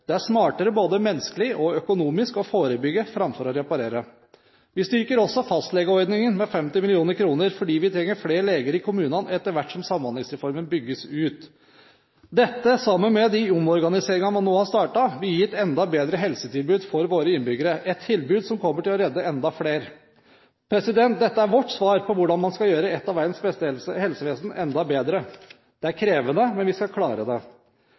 Det er smartere, både menneskelig og økonomisk, å forebygge framfor å reparere. Vi styrker også fastlegeordningen med 50 mill. kr, fordi vi trenger flere leger i kommunene etter hvert som Samhandlingsreformen bygges ut. Dette – sammen med de omorganiseringene man nå har startet – vil gi et enda bedre helsetilbud for våre innbyggere, et tilbud som kommer til å redde enda flere. Dette er vårt svar på hvordan man skal gjøre et av verdens beste helsevesen enda bedre. Det er krevende, men vi skal klare det.